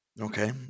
Okay